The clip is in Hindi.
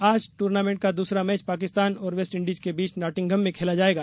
आज ट्र्नामेंट का दूसरा मैच पाकिस्तान और वेस्टइंडीज के बीच नाटिंघम में खेला जाएगा